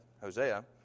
Hosea